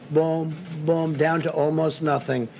boom, boom, down to almost nothing.